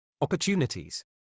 Opportunities